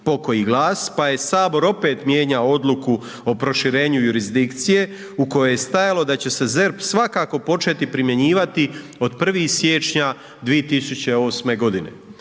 pokoji glas, pa je Sabor opet mijenjao odluku o proširenju jurisdikcije u kojoj je stajalo da će se ZERP svakako početi primjenjivati od 1. siječnja 2008. godine.